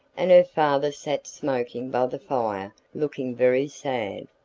and her father sat smoking by the fire looking very sad,